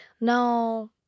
No